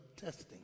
testing